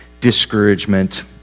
Discouragement